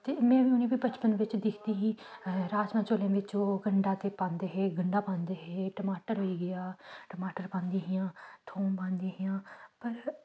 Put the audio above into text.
ते में बी उ'नें गी बी बचपन बिच्च दिखदी ही राजमाह् चौलें बिच्च ओह् गंढा ते पांदे हे गंढा पांदे टमाटर होई गेआ टमाटर पांदियां हियां थोम पांदियां हियां पर